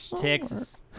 Texas